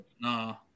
No